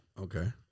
Okay